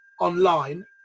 online